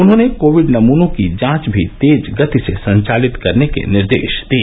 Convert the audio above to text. उन्होंने कोविड नमूनों की जांच भी तेज गति से संचालित करने के निर्देश दिए